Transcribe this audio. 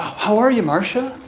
how are you marsha.